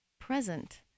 present